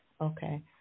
okay